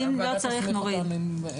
אם לא צריך, נוריד.